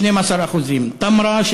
12%; תמרה,